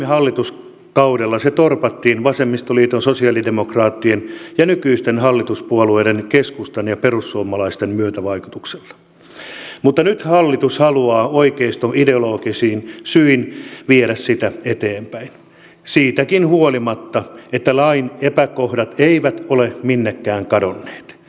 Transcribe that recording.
viime hallituskaudella se torpattiin vasemmistoliiton sosialidemokraattien ja nykyisten hallituspuolueiden keskustan ja perussuomalaisten myötävaikutuksella mutta nyt hallitus haluaa oikeistoideologisin syin viedä sitä eteenpäin siitäkin huolimatta että lain epäkohdat eivät ole minnekään kadonneet